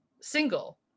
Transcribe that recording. single